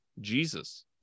jesus